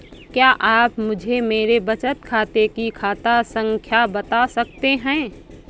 क्या आप मुझे मेरे बचत खाते की खाता संख्या बता सकते हैं?